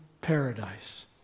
paradise